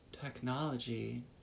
Technology